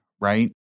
right